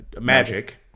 magic